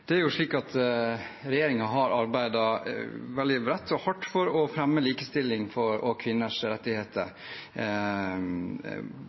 Det er jo slik at regjeringen har arbeidet veldig bredt og hardt for å fremme likestilling og kvinners rettigheter